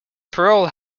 parole